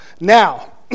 Now